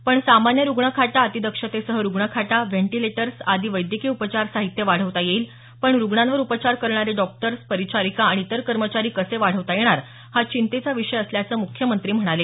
पण सामान्य रुग्णखाटा अतिदक्षतेसह रुग्णखाटा व्हेंटिलेटर्स आदी वैद्यकीय उपचार साहित्य वाढवता येईल पण रुग्णांवर उपचार करणारे डॉक्टर परिचारिका आणि इतर कर्मचारी कसे वाढवता येणार हा चिंतेचा विषय असल्याचं म्ख्यमंत्री म्हणाले